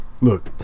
Look